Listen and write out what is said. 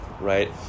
right